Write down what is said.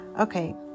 Okay